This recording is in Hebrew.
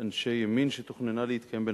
אנשי ימין שתוכננה להתקיים בנצרת.